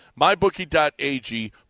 mybookie.ag